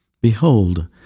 Behold